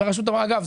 אגב,